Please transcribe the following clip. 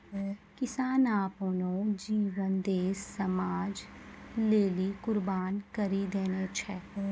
किसान आपनो जीवन देस समाज लेलि कुर्बान करि देने छै